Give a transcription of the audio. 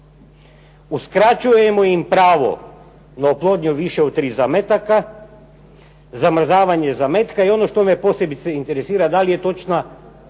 Uskraćujemo im pravo na oplodnju više od tri zametaka, zamrzavanje zametka i ono što me posebice interesira da li je točan,